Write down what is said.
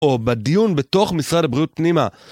או בדיון בתוך משרד הבריאות פנימה